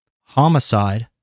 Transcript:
Homicide